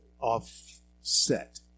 offset